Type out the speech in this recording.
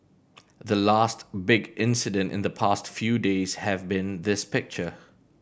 the last big incident in the past few days have been this picture